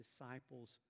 disciples